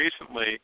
recently –